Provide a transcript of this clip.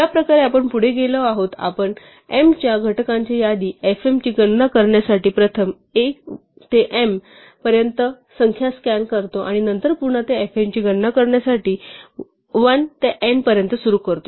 ज्या प्रकारे आपण पुढे गेलो आहोत आपण m च्या घटकांच्या यादी fm ची गणना करण्यासाठी प्रथम 1 ते m पर्यंत सर्व संख्या स्कॅन करतो आणि नंतर पुन्हा fn ची गणना करण्यासाठी 1 ते n पर्यंत सुरू करतो